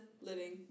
living